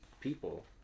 people